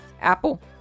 Apple